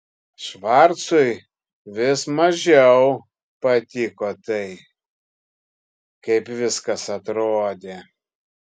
švarcui vis mažiau patiko tai kaip viskas atrodė